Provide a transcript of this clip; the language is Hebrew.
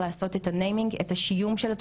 כשאנחנו מעלות את הנושא הזה.